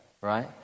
right